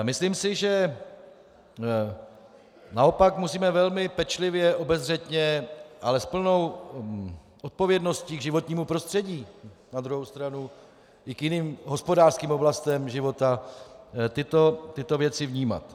Myslím si, že naopak musíme velmi pečlivě, obezřetně, ale s plnou odpovědností k životnímu prostředí, na druhou stranu i k jiným hospodářským oblastem života tyto věci vnímat.